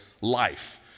life